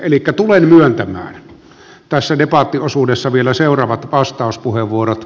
elikkä tulen myöntämään tässä debattiosuudessa vielä seuraavat vastauspuheenvuorot